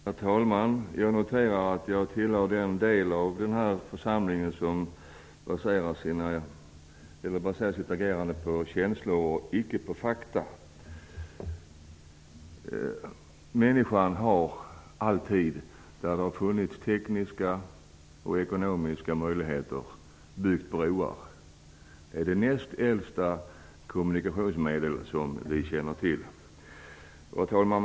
Herr talman! Jag noterar att jag tillhör den del av den här församlingen som baserar sitt agerande på känslor och icke på fakta. Människan har alltid där det har funnits tekniska och ekonomiska möjligheter byggt broar. Det är det näst äldsta kommunikationsmedel som vi känner till. Herr talman!